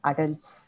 Adults